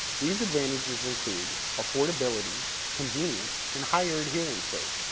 these advantages include affordability, convenience, and higher adherence rate.